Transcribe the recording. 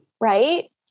Right